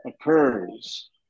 occurs